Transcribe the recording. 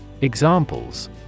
Examples